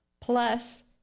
plus